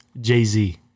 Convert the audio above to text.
Jay-Z